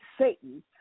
Satan